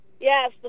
Yes